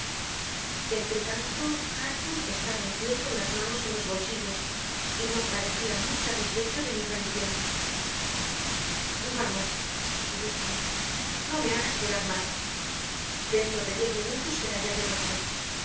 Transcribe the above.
difícil entretanto hareton estaba en pie con las manos en los bolsillos y no parecía muy satisfecho de mi aparición vamos dije no me haga esperar más dentro de diez minutos será ya de noche